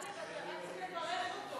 טלב, אתה רק מברך אותו,